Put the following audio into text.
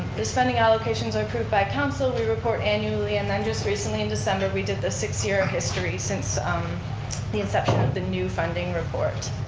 the spending allocations are approved by council. we report annually and then just recently in december we did the six year history since um the inception of the new funding report.